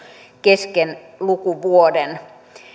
kesken lukuvuoden